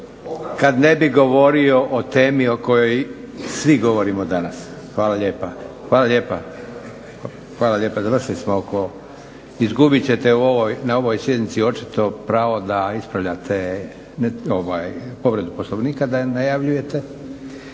kad ne bi govorio o temi o kojoj svi govorimo danas. Hvala lijepa. Završili smo oko, izgubit ćete na ovoj sjednici očito pravo da ispravljate povredu Poslovnika da je najavljujete.